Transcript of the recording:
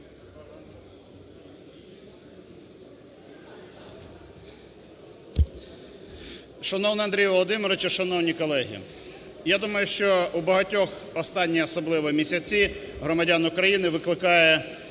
Шановний Андрію Володимировичу! Шановні колеги! Я думаю, що у багатьох, останні особливо місяці, громадян України викликає